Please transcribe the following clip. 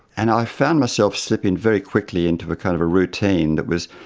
and i found myself slipping very quickly into a kind of a routine that was,